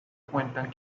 cuentan